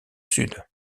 sud